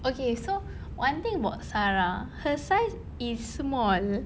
okay so one thing about sarah her size is small